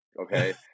okay